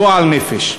גועל נפש".